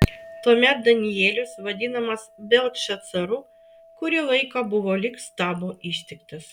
tuomet danielius vadinamas beltšacaru kurį laiką buvo lyg stabo ištiktas